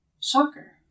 shocker